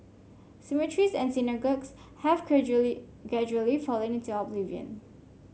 cemeteries and synagogues have gradually fallen into oblivion